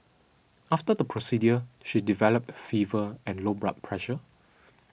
after the procedure she developed fever and low blood pressure